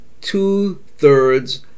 two-thirds